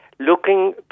Looking